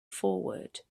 forward